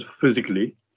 physically